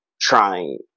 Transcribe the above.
trying